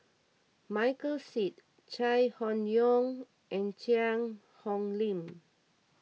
Michael Seet Chai Hon Yoong and Cheang Hong Lim